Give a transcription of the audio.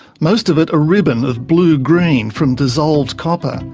most of it a ribbon of blue-green from dissolved copper.